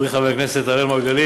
חברי חבר הכנסת אראל מרגלית,